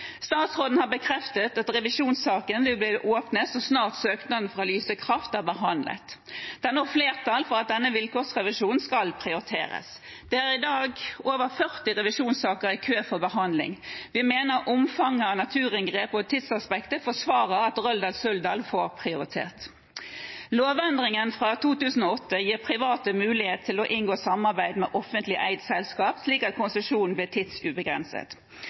Statsråden har bekreftet at revisjonssaken vil bli åpnet så snart søknaden fra Lyse Kraft er behandlet. Det er nå flertall for at denne vilkårsrevisjonen skal prioriteres. Det er i dag over 40 revisjonssaker i kø for behandling. Vi mener omfanget av naturinngrep og tidsaspektet forsvarer at Røldal-Suldal får prioritet. Lovendringen fra 2008 gir private mulighet til å inngå samarbeid med offentlig eid selskap, slik at konsesjonen blir tidsubegrenset.